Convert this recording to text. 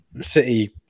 City